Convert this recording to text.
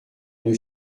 une